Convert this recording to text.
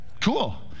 Cool